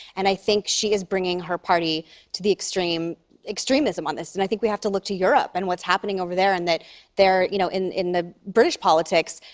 and i think she is bringing her party to the extreme extremism on this, and i think we have to look to europe and what's happening over there. and that they're you know, in in the british politics,